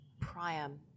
Priam